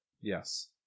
Yes